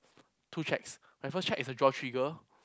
two checks my first check is a draw trigger